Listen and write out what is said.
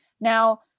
Now